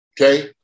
okay